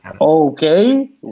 okay